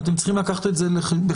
ואתם צריכים לקחת את זה בחשבון.